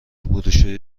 بروشوری